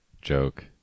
joke